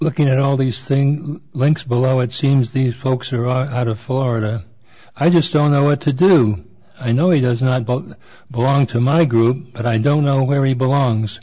looking at all these thing links below it seems these folks are all out of florida i just don't know what to do i know he does not both belong to my group but i don't know where he belongs